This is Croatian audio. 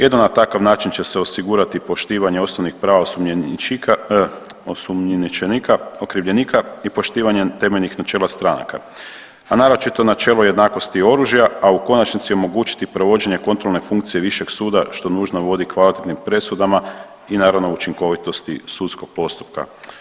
Jedino na takav način će se osigurati poštivanje prava osumnjičenika, okrivljenika i poštivanje temeljnih načela stranaka a naročito načelo jednakosti oružja, a u konačnici omogućiti provođenje kontrolne funkcije višeg suda što nužno vodi kvalitetnim presudama i naravno učinkovitosti sudskog postupka.